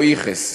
או "ייחוס",